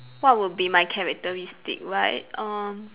what would be my characteristic right uh